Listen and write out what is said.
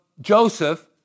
Joseph